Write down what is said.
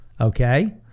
okay